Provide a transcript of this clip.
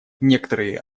некоторые